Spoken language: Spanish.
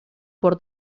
por